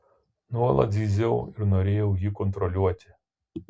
nuolat zyziau ir norėjau jį kontroliuoti